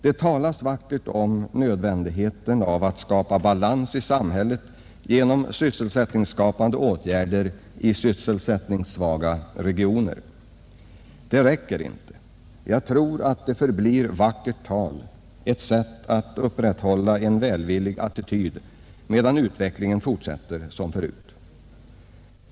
Det talas vackert om nödvändigheten av att skapa balans i samhället genom sysselsättningsskapande åtgärder i sysselsättningssvaga regioner. Det räcker inte. Jag tror det förblir vackert tal, ett sätt att upprätthålla en välvillig attityd, medan utvecklingen fortsätter som förut.